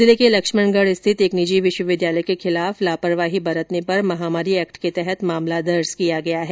जिले के लक्ष्मणगढ़ स्थित एक निजी विश्वविद्यालय के खिलाफ लापरवाही बरतने पर महामारी एक्ट के तहत मामला दर्ज किया गया है